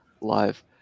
live